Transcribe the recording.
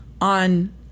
on